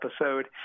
episode